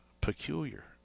Peculiar